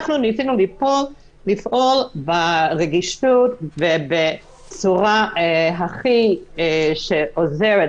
ניסינו לפעול ברגישות ובצורה שהכי עוזרת